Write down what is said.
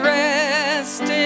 rest